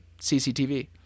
CCTV